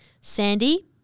Sandy